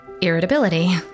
Irritability